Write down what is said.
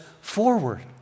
forward